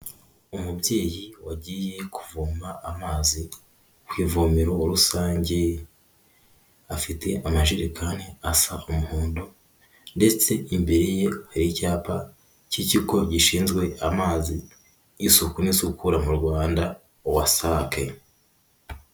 Umubyeyi wagiye kuvoma amazi ku ivomero rusange, afite amajerekani asa umuhondo ndetse imbere ye hari icyapa cy'ikigo gishinzwe amazi, isuku n'isukura mu Rwanda WASAC.